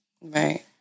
Right